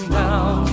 down